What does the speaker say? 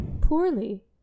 Poorly